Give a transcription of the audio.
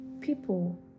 people